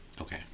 okay